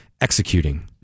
executing